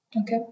okay